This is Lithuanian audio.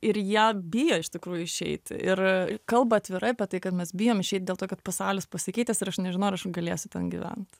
ir jie bijo iš tikrųjų išeiti ir kalba atvirai apie tai kad mes bijom išeit dėl to kad pasaulis pasikeitęs ir aš nežinau ar aš galėsiu ten gyvent